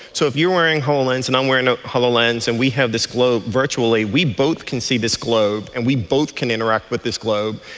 so if you are wearing hololens and i'm wearing ah hololens and we have this globe virtually, we both can see this globe and we both can interact with this globe.